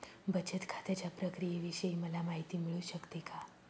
बचत खात्याच्या प्रक्रियेविषयी मला माहिती मिळू शकते का?